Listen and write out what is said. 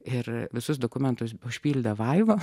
ir visus dokumentus užpildė vaiva